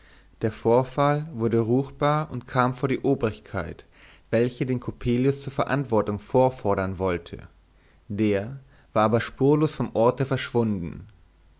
der vorfall wurde ruchtbar und kam vor die obrigkeit welche den coppelius zur verantwortung vorfordern wollte der war aber spurlos vom orte verschwunden